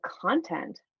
content